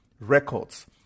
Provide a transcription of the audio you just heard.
records